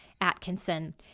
atkinson